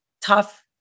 tough